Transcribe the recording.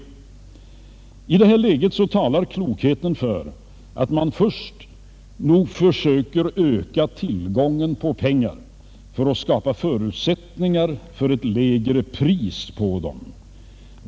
I det här läget talar klokheten för att man först försöker öka tillgången på pengar för att skapa förutsättningar för ett lägre pris på dem.